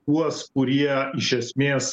tuos kurie iš esmės